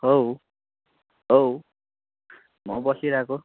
हौ हौ म बसिरहेको